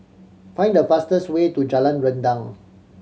find the fastest way to Jalan Rendang